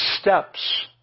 steps